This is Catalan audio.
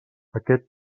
aquest